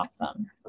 awesome